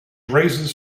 raises